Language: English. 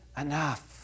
enough